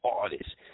artists